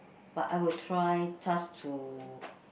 but I will try just to